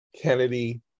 Kennedy